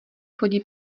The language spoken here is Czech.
chodí